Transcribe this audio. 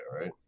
right